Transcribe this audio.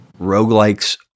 roguelikes